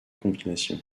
compilations